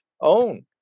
own